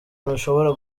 ntushobora